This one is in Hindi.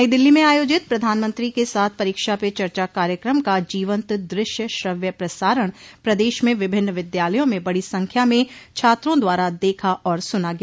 नई दिल्ली में आयोजित प्रधानमंत्री के साथ परीक्षा पे चर्चा कार्यक्रम का जीवन्त दृश्य श्रव्य प्रसारण प्रदेश में विभिन्न विद्यालयों में बड़ी संख्या में छात्रों द्वारा देखा और सुना गया